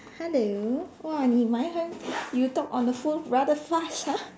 hello !wah! 你卖很 you talk on the phone rather fast ah